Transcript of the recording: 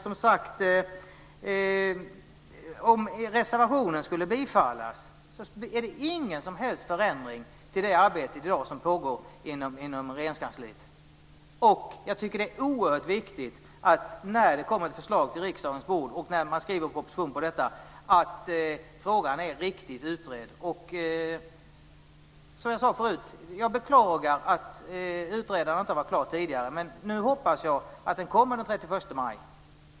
Om reservationen skulle bifallas blir det som sagt ingen som helst förändring i det arbete som pågår inom Regeringskansliet. Det är oerhört viktigt, när det kommer ett förslag på riksdagens bord och när man skriver proposition på detta, att frågan är riktigt utredd. Som jag sade förut beklagar jag att utredaren inte har varit klar tidigare, men nu hoppas jag att utredningen kommer den 31 maj.